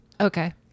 okay